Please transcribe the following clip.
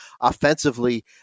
offensively